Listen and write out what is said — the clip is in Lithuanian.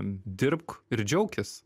dirbk ir džiaukis